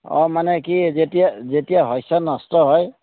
অঁ মানে কি যেতিয়া যেতিয়া শস্য নষ্ট হয়